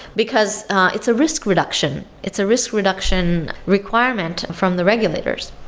because it's a risk reduction. it's a risk reduction requirement from the regulators.